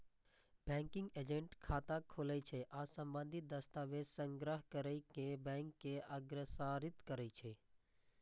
banking agent खाता खोलै छै आ संबंधित दस्तावेज संग्रह कैर कें बैंक के अग्रसारित करै छै